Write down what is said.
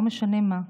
לא משנה מה.